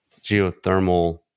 geothermal